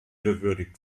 gewürdigt